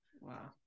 Wow